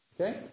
Okay